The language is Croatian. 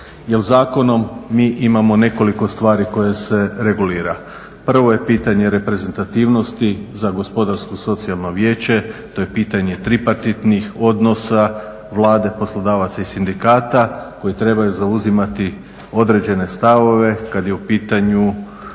zakonom mi imamo neko9liko stvari koje se regulira. Prvo je pitanje reprezentativnosti za Gospodarsko-socijalno vijeće, to je pitanje tripartitnih odnosa Vlade, poslodavaca i sindikata, koji trebaju zauzimati određene stavove kad je u pitanju